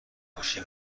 خودکشی